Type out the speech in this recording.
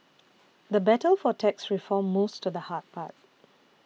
the battle for tax reform moves to the hard part